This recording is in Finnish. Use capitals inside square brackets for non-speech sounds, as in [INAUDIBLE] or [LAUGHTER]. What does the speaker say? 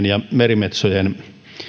[UNINTELLIGIBLE] ja merimetsojen